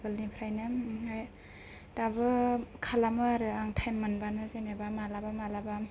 आगोल निफ्रायनो ओमफ्राय दाबो खालामो आरो आं टाइम मोनबानो जेनोबा माब्लाबा माब्लाबा